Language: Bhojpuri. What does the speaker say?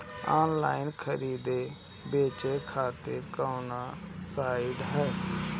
आनलाइन खरीदे बेचे खातिर कवन साइड ह?